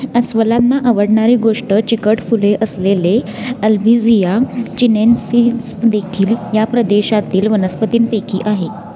अस्वलांना आवडणारी गोष्ट चिकट फुले असलेले अल्बिझिया चिनेनसीस देखील या प्रदेशातील वनस्पतींपैकी आहे